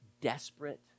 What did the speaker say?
Desperate